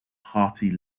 party